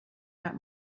got